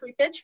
creepage